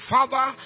Father